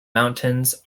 mountains